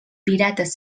pirates